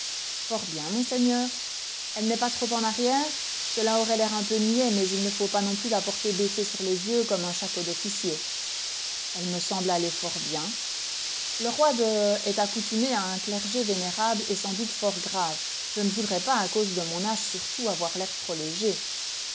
fort bien monseigneur elle n'est pas trop en arrière cela aurait l'air un peu niais mais il ne faut pas non plus la porter baissée sur les yeux comme un shako d'officier elle me semble aller fort bien le roi de est accoutumé à un clergé vénérable et sans doute fort grave je ne voudrais pas à cause de mon âge surtout avoir l'air trop léger